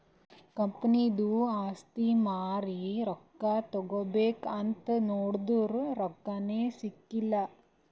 ಕಂಪನಿದು ಆಸ್ತಿ ಮಾರಿ ರೊಕ್ಕಾ ತಗೋಬೇಕ್ ಅಂತ್ ನೊಡುರ್ ರೊಕ್ಕಾನೇ ಸಿಗಲ್ಲ